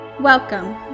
Welcome